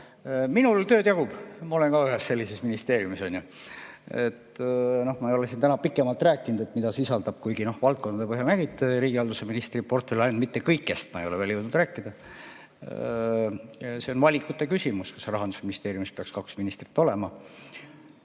Minul tööd jagub. Ma olen ka ühes sellises ministeeriumis, on ju. Ma ei ole siin täna pikemalt rääkinud, mida see sisaldab, kuigi valdkondade põhjal te nägite riigihalduse ministri portfelli, ainult mitte kõigest ma ei ole veel jõudnud rääkida. See on valikute küsimus, kas Rahandusministeeriumis peaks kaks ministrit olema.